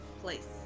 place